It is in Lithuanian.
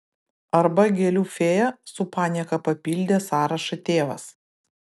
arba gėlių fėja su panieka papildė sąrašą tėvas